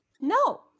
no